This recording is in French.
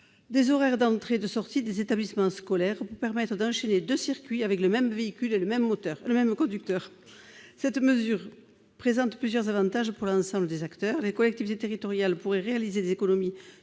des horaires d'entrée et de sortie des établissements scolaires pour permettre d'enchaîner deux circuits avec le même véhicule et le même conducteur. Cette mesure présente plusieurs avantages pour l'ensemble des acteurs. Les collectivités territoriales pourraient réaliser des économies